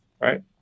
Right